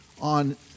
on